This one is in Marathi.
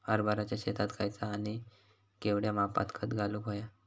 हरभराच्या शेतात खयचा आणि केवढया मापात खत घालुक व्हया?